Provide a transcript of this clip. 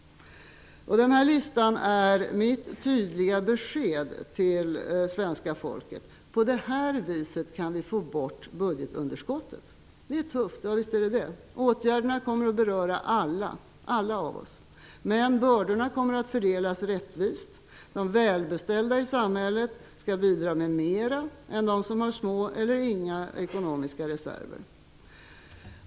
Denna lista är mitt tydliga besked till svenska folket: På det här viset kan vi få bort budgetunderskottet. Visst är det tufft! Åtgärderna kommer att beröra oss alla. Men bördorna kommer att fördelas rättvist. De välbeställda i samhället skall bidra med mer än de som har små eller inga ekonomiska reserver.